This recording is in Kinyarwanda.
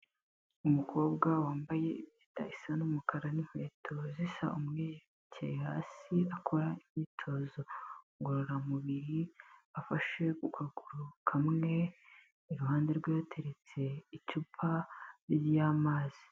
Umukobwa wambaye impeta isa n'umukara n'inkweto zisa umweru, yicaye hasi akora imyitozo ngororamubiri afashe ku kaguru kamwe, iruhande rwe hateretse icupa ry'amazi.